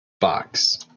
Box